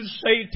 say